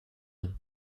nom